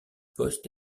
poste